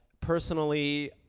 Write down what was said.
personally